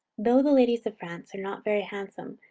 though the ladies of france are not very handsome,